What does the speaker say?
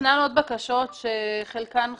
ישנן עוד בקשות - חלקן חדשות,